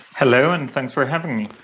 hello, and thanks for having me.